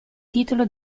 titolo